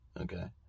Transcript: Okay